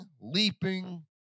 leaping